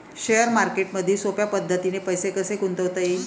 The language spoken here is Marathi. शेअर मार्केटमधी सोप्या पद्धतीने पैसे कसे गुंतवता येईन?